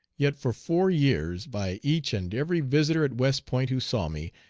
yet for four years, by each and every visitor at west point who saw me,